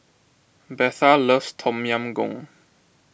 Betha loves Tom Yam Goong